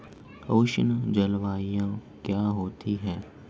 उष्ण जलवायु क्या होती है?